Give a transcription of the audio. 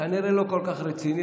כנראה לא כל כך רציני,